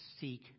seek